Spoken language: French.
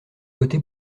voté